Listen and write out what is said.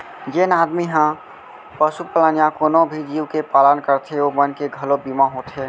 जेन आदमी ह पसुपालन या कोनों भी जीव के पालन करथे ओ मन के घलौ बीमा होथे